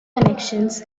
connections